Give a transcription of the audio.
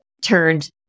turned